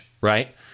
right